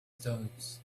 stones